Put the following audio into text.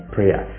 Prayer